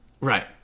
Right